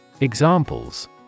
Examples